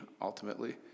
ultimately